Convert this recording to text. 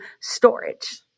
storage